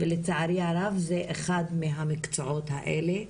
ולצערי הרב, זה אחד מהמקצועות האלה.